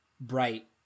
bright